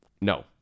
No